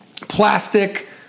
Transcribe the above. plastic